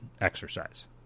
exercise